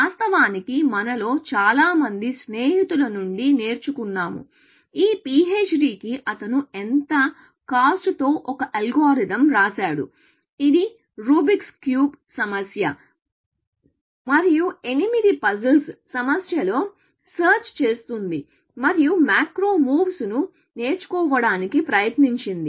వాస్తవానికి మనలో చాలా మంది స్నేహితుల నుండి నేర్చుకున్నాము ఈ పిహెచ్డి కి అతను ఎంత కాస్ట్ తో ఒక అల్గోరిథం రాశాడు ఇది రూబిక్స్ క్యూబ్ సమస్య మరియు ఎనిమిది పజిల్స్ సమస్యలో సెర్చ్ చేస్తుంది మరియు మాక్రో మూవ్స్ ను నేర్చుకోవడానికి ప్రయత్నించింది